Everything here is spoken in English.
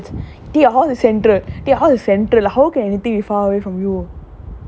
where was him going to the fourteen where did he go where is fourteen dollars away